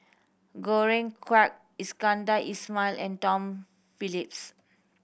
Quek Iskandar Ismail and Tom Phillips